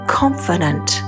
confident